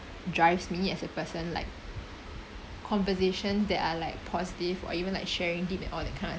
drives me as a person like conversation that are like positive or even like sharing deep and all that kind